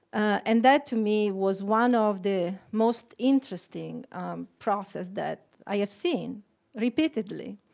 and that to me was one of the most interesting process that i have seen repeatedly.